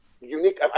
unique